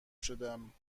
شدم